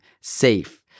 safe